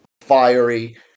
fiery